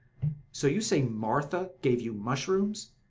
so you say martha gave you mushrooms?